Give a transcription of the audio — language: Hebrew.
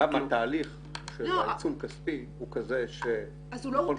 התהליך של עיצום כספי הוא כזה --- אז הוא לא הוטל.